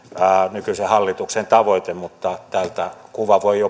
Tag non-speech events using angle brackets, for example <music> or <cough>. nykyisen hallituksen tavoite mutta tältä kuva voi <unintelligible>